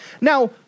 Now